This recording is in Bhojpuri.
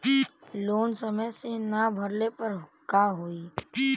लोन समय से ना भरले पर का होयी?